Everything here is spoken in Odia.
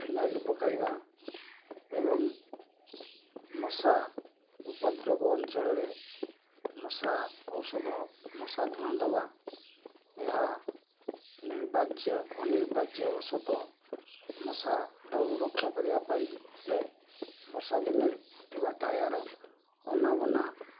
ଫିନାଇଲି ପକାଇବା ଏବଂ ମଶା ଉପଦ୍ରବ ଅଞ୍ଚଳରେ ମଶା ଔଷଧ ମଶା ଧୂଆଁ ଦବା ଏହା ନିର୍ବାଯ୍ୟ ଅନିର୍ବାଯ୍ୟ ବଶତଃ ମଶା ଦାଉରୁ ରକ୍ଷା କରିବା ପାଇଁ ହେଲେ ବର୍ଷା ଦିନେ ଥିବା ଟାୟାର୍ ଅନାବନା